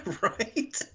Right